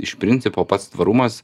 iš principo pats tvarumas